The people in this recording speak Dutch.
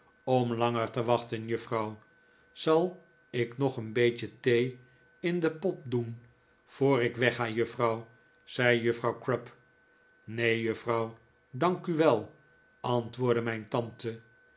om langer te wachten juffrouw zal ik nog een beetje thee in den pot doen voor ik wegga juffrouw zei juffrouw crupp neen juffrouw dank u wel antwoordde mijn tante